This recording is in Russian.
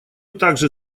также